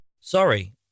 Sorry